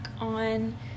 on